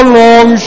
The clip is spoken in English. long